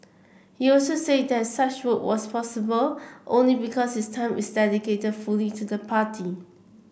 he also said that such work was possible only because his time is dedicated fully to the party